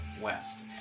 west